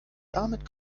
damit